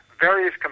various